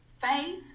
Faith